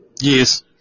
Yes